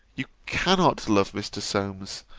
you cannot love mr. solmes!